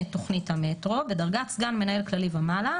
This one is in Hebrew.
תוכנית המטרו בדרגת סגן מנהל כללי ומעלה,